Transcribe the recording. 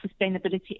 sustainability